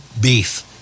beef